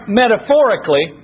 metaphorically